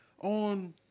on